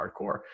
hardcore